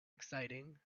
exciting